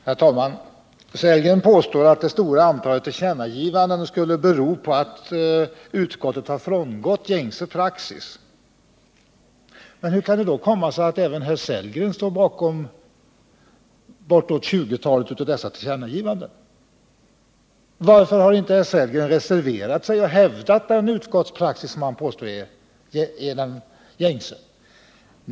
Herr talman! Herr Sellgren påstår att det stora antalet tillkännagivanden skulle bero på att utskottet har frångått gängse praxis. Men hur kan det då komma sig att även herr Sellgren står bakom bortåt 20-talet av dessa tillkännagivanden? Varför har inte herr Sellgren reserverat sig och hävdat den utskottspraxis som han påstår är den gängse?